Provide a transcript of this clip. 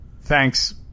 thanks